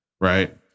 right